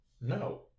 No